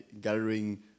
gathering